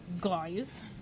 Guys